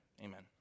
Amen